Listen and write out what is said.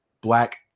black